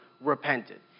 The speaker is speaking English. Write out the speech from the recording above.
repented